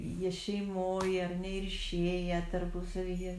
jie šeimoje ar ne ir išėję tarpusavy jie